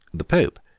the pope,